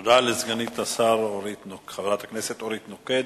תודה לסגנית השר חברת הכנסת אורית נוקד.